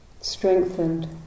strengthened